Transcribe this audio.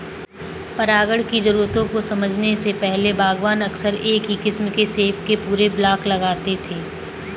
परागण की जरूरतों को समझने से पहले, बागवान अक्सर एक ही किस्म के सेब के पूरे ब्लॉक लगाते थे